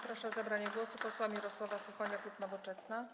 Proszę o zabranie głosu posła Mirosława Suchonia, klub Nowoczesna.